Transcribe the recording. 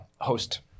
host